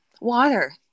water